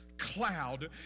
cloud